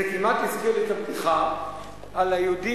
זה כמעט הזכיר לי את הבדיחה על היהודי